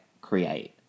create